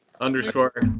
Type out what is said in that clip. underscore